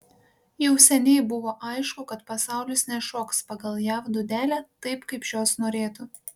jau seniai buvo aišku kad pasaulis nešoks pagal jav dūdelę taip kaip šios norėtų